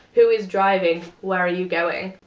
who is driving? where are you going?